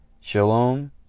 shalom